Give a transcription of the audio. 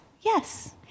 yes